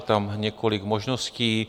Je tam několik možností.